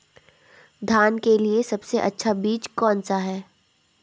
धान के लिए सबसे अच्छा बीज कौन सा है?